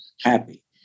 happy